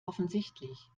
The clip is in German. offensichtlich